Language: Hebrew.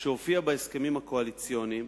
שהופיעה בהסכמים הקואליציוניים,